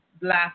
black